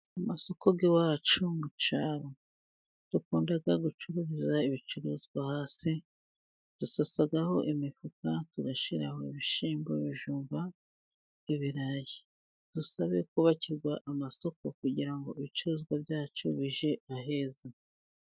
Mu masoko y'iwacu mu cyaro dukunda gucuruza ibicuruzwa, hasi dusasaho imifuka tugashyiraho ibishyimbo, bijumba, ibirayi. Dusabe kubakirwa amasoko kugira ngo ibicuruzwa byacu bijye aheza.